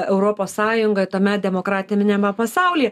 europos sąjunga tame demokratiniame pasaulyje